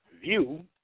view